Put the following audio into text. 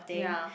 ya